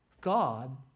God